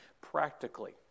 practically